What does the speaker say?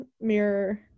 mirror